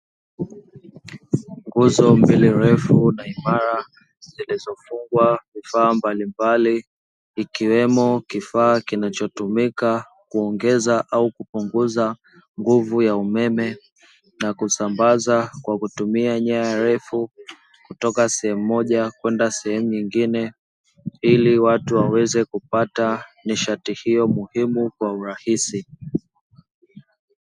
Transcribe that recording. Nguzo mbili refu na imara zilizo fungwa vifaa mbalimbali ikiwa kifaa kinachotumika, kuongeza na kupunguza nguvu ya umeme, na kusambaza kwa kutumia nyaya pamoja na kifaa kinachotumika kuongeza au kupunguza nguvu ya umeme na kusambaza kwa kutumia nyaya refu refu kutoka sehemu moja kwenda sehemu nyingine, ili watu waweze kupata nishati hiyo muhimu kwa urahisi.